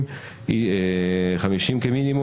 דוד, הנוסח שמונח כאן -- עזבי, גמרנו, נגמר.